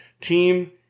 team